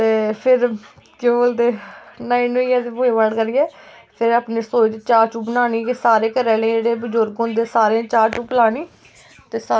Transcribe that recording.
ते फिर केह् बोलदे न्हाई न्हुइयै ते पूज़ा पाठ करियै फिर अपनी रसोई च चाह् चू बनानी कि सारे घरै आह्ले जेह्ड़े बजुर्ग होंदे सारें गी चाह् चूह् पलानी ते सा